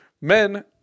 Men